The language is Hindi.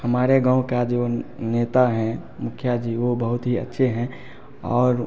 हमारे गाँव के जो नेता हैं मुखिया जी वो बहुत ही अच्छे हैं और